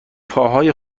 پاهای